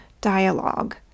dialogue